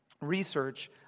research